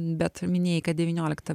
bet minėjai kad devynioliktą